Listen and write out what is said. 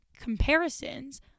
comparisons